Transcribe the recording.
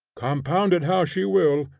compound it how she will,